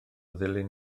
ddulyn